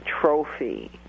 trophy